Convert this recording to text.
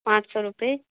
पाँच सौ रुपये